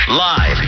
live